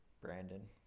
Brandon